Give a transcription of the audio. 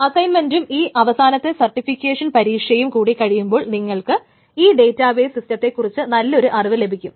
അസൈൻമെൻറും ഈ അവസാനത്തെ സർട്ടിഫിക്കേഷൻ പരീക്ഷയും കൂടെ കഴിയുമ്പോൾ നിങ്ങൾക്ക് ഈ ഡേറ്റാബേസ് സിസ്റ്റത്തെ കുറിച്ച് നല്ലൊരു അറിവ് ലഭിക്കും